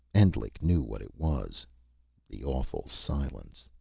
endlich knew what it was the awful silence.